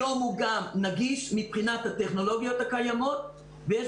היום הוא גם נגיש מבחינת הטכנולוגיות הקיימות ויש